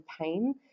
pain